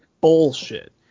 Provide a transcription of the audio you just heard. bullshit